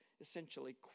essentially